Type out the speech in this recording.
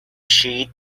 sheet